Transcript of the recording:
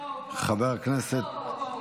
חבר הכנסת --- הוא פה,